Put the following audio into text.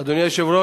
אדוני היושב-ראש,